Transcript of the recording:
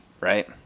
right